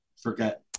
forget